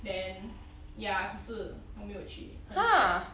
then ya 可是我没有去很 sad